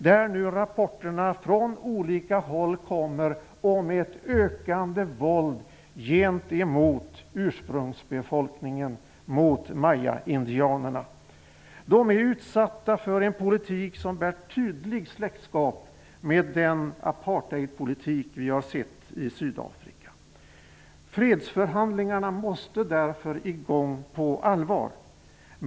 Det kommer nu från olika håll rapporter om ett ökande våld gentemot ursprungsbefolkningen, mayaindianerna. De är utsatta för en politik som bär tydligt släktskap med den apartheidpolitik vi har sett i Sydafrika. Fredsförhandlingarna måste därför komma i gång på allvar.